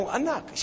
anak